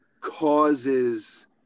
causes